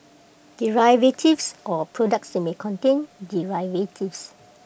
derivatives or products that may contain derivatives